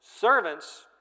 Servants